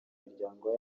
miryango